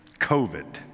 COVID